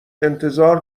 انتظار